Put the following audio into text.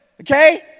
Okay